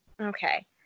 Okay